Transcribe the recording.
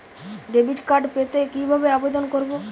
Debit card পেতে কি ভাবে আবেদন করব?